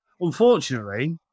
Unfortunately